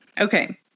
Okay